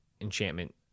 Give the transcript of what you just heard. enchantment